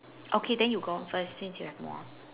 okay then you go on first since you have more